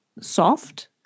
soft